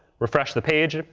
refresh the page,